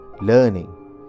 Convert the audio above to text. learning